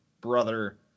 brother